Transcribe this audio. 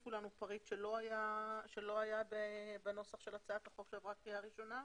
הוסיפו לנו פריט שלא היה בנוסח של הצעת החוק שעברה קריאה ראשונה.